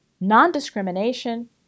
non-discrimination